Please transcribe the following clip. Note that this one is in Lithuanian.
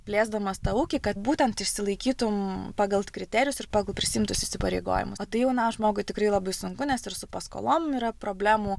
plėsdamas tą ūkį kad būtent išsilaikytum pagal kriterijus ir pagal prisiimtus įsipareigojimus o tai jaunam žmogui tikrai labai sunku nes ir su paskolom yra problemų